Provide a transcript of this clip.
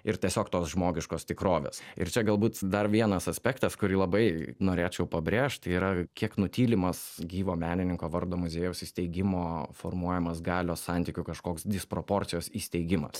ir tiesiog tos žmogiškos tikrovės ir čia galbūt dar vienas aspektas kurį labai norėčiau pabrėžt yra kiek nutylimas gyvo menininko vardo muziejaus įsteigimo formuojamas galios santykių kažkoks disproporcijos įsteigimas